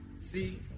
See